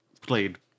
played